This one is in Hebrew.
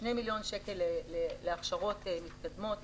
2 מיליון שקלים להכשרות מתקדמות,